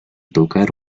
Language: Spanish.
tocar